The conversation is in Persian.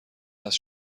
است